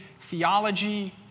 theology